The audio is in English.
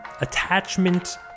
attachment